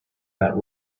that